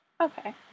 Okay